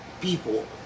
people